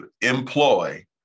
employ